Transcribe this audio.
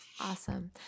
Awesome